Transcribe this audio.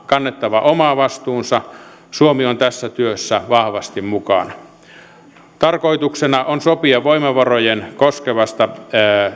kannettava oma vastuunsa suomi on tässä työssä vahvasti mukana tarkoituksena on sopia voimavaroja koskevasta